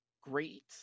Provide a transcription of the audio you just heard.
great